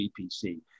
bpc